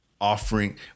offering